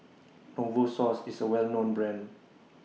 Novosource IS A Well known Brand